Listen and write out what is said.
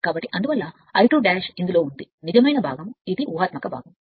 కాబట్టి అందువల్ల foRI2 ఇందులో ఉంది నిజమైన భాగం ఇదిఊహాత్మక భాగం